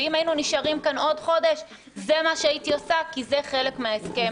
ואם היינו נשארים כאן עוד חודש זה מה שהייתי עושה כי זה חלק מההסכם.